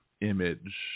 image